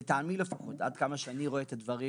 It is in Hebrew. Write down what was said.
לטעמי לפחות, עד כמה שאני רואה את הדברים